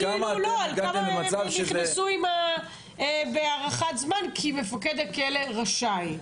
כמה מהם נכנסו בהארכת זמן כי מפקד הכלא רשאי.